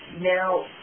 Now